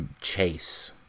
chase